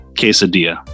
quesadilla